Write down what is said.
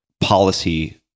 policy